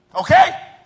Okay